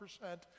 percent